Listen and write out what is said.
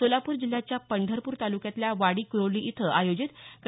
सोलापूर जिल्ह्याच्या पंढरपूर तालुक्यातल्या वाडीकरोली इथं आयोजित कै